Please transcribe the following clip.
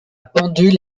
pendule